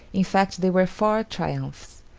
in fact, there were four triumphs,